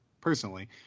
personally